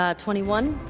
ah twenty one.